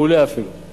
אפילו מעולה.